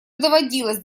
доводилось